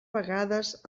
vegades